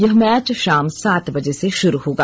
यह मैच शाम सात बजे से शुरू होगा